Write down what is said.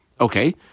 Okay